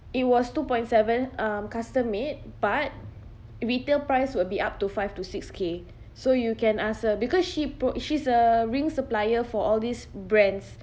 it was two point seven um custom made but retail price will be up to five to six K so you can ask her because she pro~ she's a ring supplier for all these brands